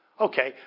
Okay